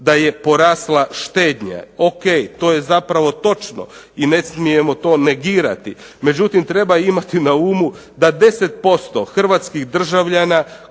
da je porasla štednja, ok to je zapravo točno i ne smijemo to negirati. Međutim, treba imati na umu 10% hrvatskih državljana